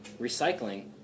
recycling